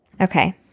Okay